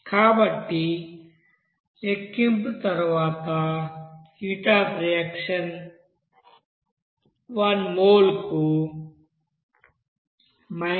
కాబట్టి లెక్కింపు తరువాత హీట్ అఫ్ రియాక్షన్ 1 మోల్కు 136